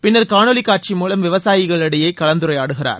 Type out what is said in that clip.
பின்னர் காணொலி காட்சி மூலம் விவசாயிகளிடையே கலந்துரையாடுகிறார்